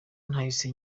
nahise